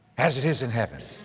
as it is in heaven.